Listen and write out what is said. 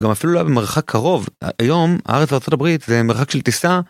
גם אפילו לא היה במרחק קרוב, היום הארץ והארה״ב זה מרחק של טיסה.